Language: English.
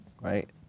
right